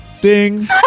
Ding